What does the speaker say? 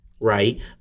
right